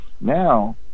Now